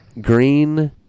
green